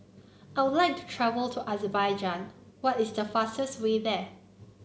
I would like to travel to Azerbaijan what is the fastest way there